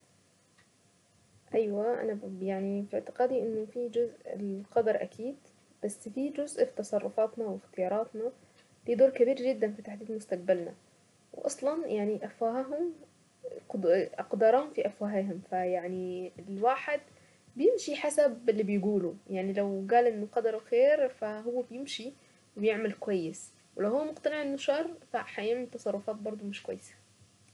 ايوه انا يعني في اعتقادي انه في جزء القدر اكيد بس في جزء في تصرفاتنا واختياراتنا له دور كبير جدا في تحديد مستقبلنا واصلا يعني افواههم اقدارهم في افواههم فيعني الواحد بيمشي حسب اللي بيقولو يعني لو قال ان قدره خير فهو بيمشي ويعمل كويس ولو هو مقتنع انه شر ف هيعمل تصرفات برضه مش كويسة.